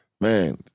Man